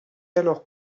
alors